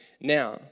now